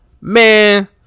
man